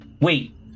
Wait